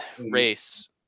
race